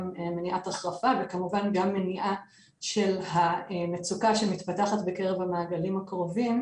מניעת החרפה וכמובן גם מניעה של המצוקה שמתפתחת בקרב המעגלים הקרובים,